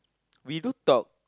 we do talk